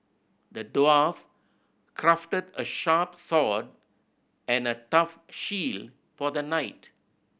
the dwarf crafted a sharp sword and a tough shield for the knight